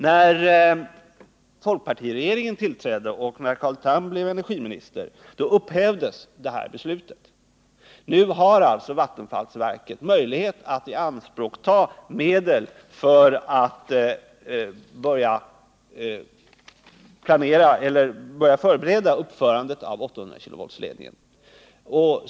När folkpartiregeringen tillträdde och Carl Tham blev energiminister upphävdes beslutet. Nu har alltså vattenfallsverket möjlighet att ta i anspråk medel för att börja förbereda uppförandet av 800-kV-ledningen.